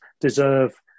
deserve